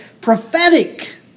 prophetic